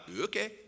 Okay